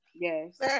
Yes